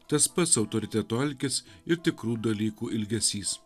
tas pats autoriteto alkis ir tikrų dalykų ilgesys